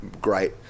great